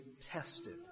tested